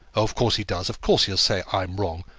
of course he does of course he'll say i'm wrong.